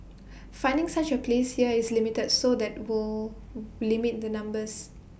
finding such A place here is limited so that will limit the numbers